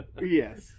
Yes